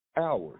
Hours